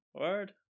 word